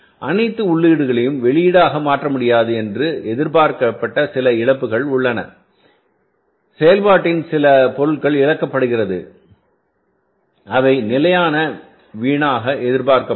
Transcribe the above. அனைத்து உள்ளீடுகளையும் வெளியீடாக மாற்ற முடியாது என்று எதிர்பார்க்கப்பட்ட சில இழப்புகள் உள்ளனபோது செயல்பாட்டின்சில பொருள் இழக்கப்படுகிறது அவை நிலையான வீணாக எதிர்பார்க்கப்படும்